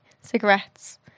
cigarettes